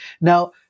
Now